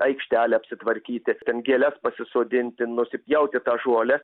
aikštelę apsitvarkyti ten gėles pasisodinti nusipjauti tą žolę